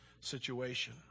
situation